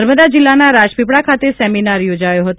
નર્મદા જિલ્લાના રાજપીપળા ખાતે સેમિનાર યોજાયો હતો